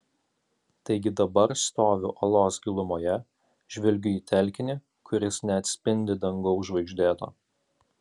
taigi dabar stoviu olos gilumoje žvelgiu į telkinį kuris neatspindi dangaus žvaigždėto